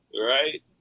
Right